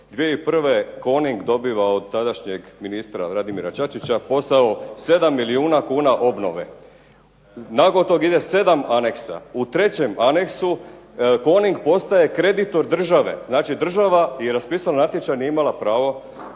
bilo. 2001. "Coning" dobiva od tadašnjeg ministra Radimira Čačića posao 7 milijuna kuna obnove. Nakon toga ide 7 anexa. U 3. anexu "Coning" postaje kreditor države. Znači, država je raspisala natječaj, nije imala pravo,